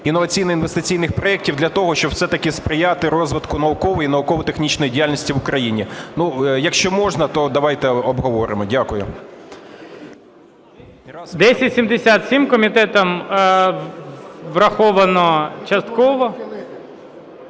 інноваційно-інвестиційних проектів для того, щоб все-таки сприяти розвитку наукової і науково-технічної діяльності в Україні. Якщо можна, то давайте обговоримо. Дякую. ГОЛОВУЮЧИЙ. 1077, комітетом враховано частково.